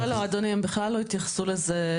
לא אדוני, הם בכלל לא התייחסו לזה.